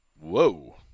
Whoa